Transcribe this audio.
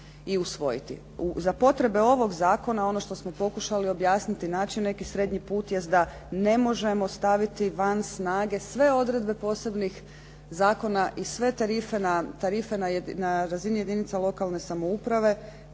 Za potrebe ovog zakona ono što smo pokušali objasniti i naći neki srednji put jest da ne možemo staviti van snage sve odredbe posebnih zakona i sve tarife na razini jedinica lokalne samouprave